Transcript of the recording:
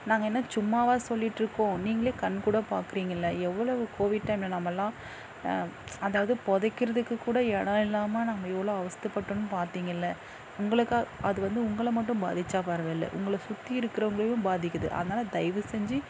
நாங்கள் என்ன சும்மாவா சொல்லிகிட்ருக்கோம் நீங்களே கண்கூடாக பார்க்கறிங்கள்ல எவ்வளோவு கோவிட் டைமில் நாம்யெல்லாம் அதாவது புதைக்கிறதுக்குக்கூட இடம் இல்லாமல் நம்ம எவ்வளோ அவஸ்த்தைப்பட்டோன் பார்த்தீங்கள்ல உங்களுக்காக அது வந்து உங்களை மட்டும் பாதித்தா பராவாயில்ல உங்களை சுற்றி இருக்கிறவுங்களையும் பாதிக்குது அதனால தயவு செஞ்சு